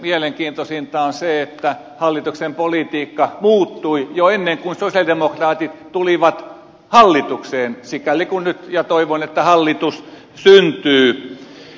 mielenkiintoisinta on se että hallituksen politiikka muuttui jo ennen kuin sosialidemokraatit tulivat hallitukseen sikäli kun nyt ja toivon niin hallitus syntyy